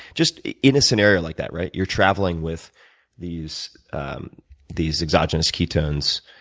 just in a scenario like that, right, you're traveling with these um these exogenous ketones.